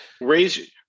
Raise